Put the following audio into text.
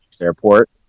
airport